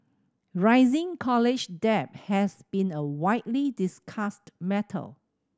rising college debt has been a widely discussed matter